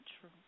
true